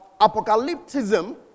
apocalypticism